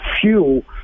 fuel